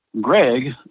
Greg